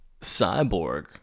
Cyborg